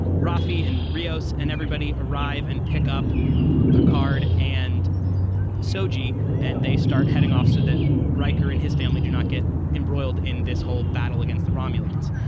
roffey and rios and everybody arrive and pick up picard and so g and they start heading off so that reicher and his family do not get embroiled in this whole battle against the romulans.